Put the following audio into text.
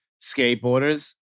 Skateboarders